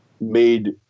made